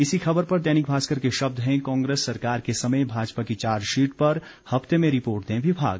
इसी खबर पर दैनिक भास्कर के शब्द हैं कांग्रेस सरकार के समय भाजपा की चार्जशीट पर हफ़ते में रिपोर्ट दे विभाग